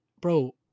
bro